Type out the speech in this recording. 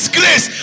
grace